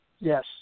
Yes